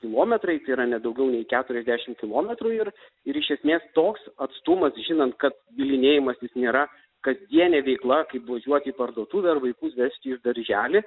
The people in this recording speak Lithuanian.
kilometrai tai yra ne daugiau nei keturiasdešim kilometrų ir ir iš esmės toks atstumas žinant kad bylinėjimasis nėra kasdienė veikla kaip važiuot į parduotuvę ar vaikus vežti į darželį